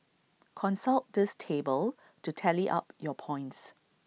consult this table to tally up your points